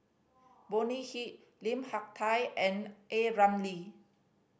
Bonny Hick Lim Hak Tai and A Ramli